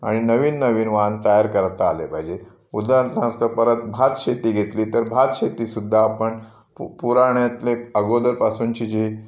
आणि नवीन नवीन वाण तयार करता आले पाहिजेत उदाहरणार्थ परत भातशेती घेतली तर भातशेतीसुद्धा आपण पु पुराण्यातले अगोदरपासूनची जी